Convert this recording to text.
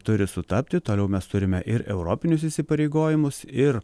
turi sutapti toliau mes turime ir europinius įsipareigojimus ir